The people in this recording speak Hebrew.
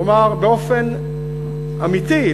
כלומר באופן אמיתי,